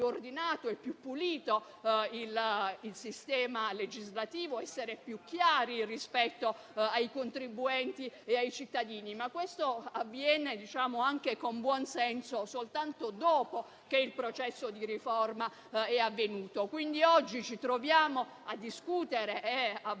e più pulito il sistema legislativo, e contro l'essere più chiari rispetto ai contribuenti e ai cittadini. Ma ciò avviene, con buon senso, soltanto dopo che il processo di riforma è avvenuto. Quindi oggi ci troviamo a discutere e a votare